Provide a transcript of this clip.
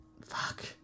Fuck